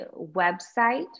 website